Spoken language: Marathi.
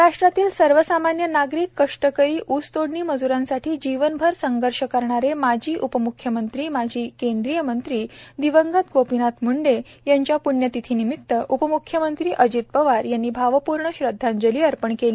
महाराष्ट्रातील सर्वसामान्य नागरिक कष्टकरी ऊसतोडणी मज्रांसाठी जीवनभर संघर्ष करणारे माजी उपमुख्यमंत्री माजी केंद्रीय मंत्री दिवंगत गोपीनाथ मुंडे यांच्या पृण्यतिथीनिमित्त उपम्ख्यमंत्री अजित पवार यांनी भावपूर्ण आदरांजली वाहिली